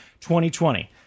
2020